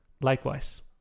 Likewise